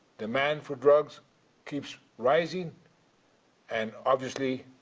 demand for drugs keeps rising and, obviously,